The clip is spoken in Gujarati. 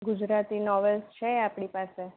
ગુજરાતી નોવેલ્સ છે આપડી પાસે